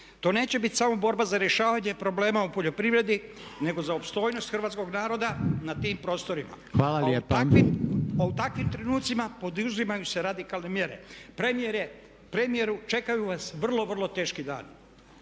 To neće biti samo borba za rješavanje problema u poljoprivredi nego za opstojnost hrvatskog naroda na tim prostorima. A u takvim trenucima poduzimaju se radikalne mjere. Premijeru čekaju vas vrlo, vrlo teški dani.